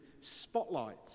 spotlight